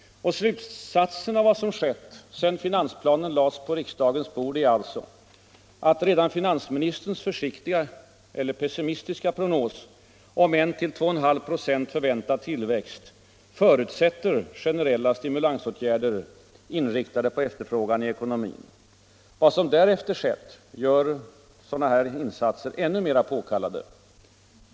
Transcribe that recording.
Slutsatsen av vad som skett sedan finansplanen lades på riksdagens bord är alltså att redan finansministerns försiktiga — eller pessimistiska — prognos om en till 2,5 96 förväntad tillväxt förutsätter generella stimulansåtgärder inriktade på efterfrågan i vår ekonomi. Vad som därefter skett gör sådana här insatser ännu mer påkallade.